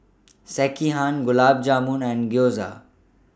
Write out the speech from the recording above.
Sekihan Gulab Jamun and Gyoza